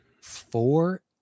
Four